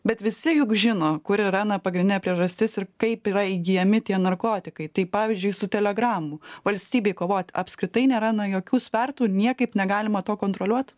bet visi juk žino kur yra na pagrindinė priežastis ir kaip yra įgyjami tie narkotikai tai pavyzdžiui su telegramų valstybei kovot apskritai nėra na jokių svertų niekaip negalima to kontroliuot